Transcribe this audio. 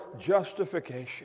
justification